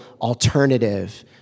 alternative